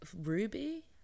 ruby